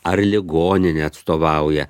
ar ligoninę atstovauja